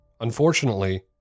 Unfortunately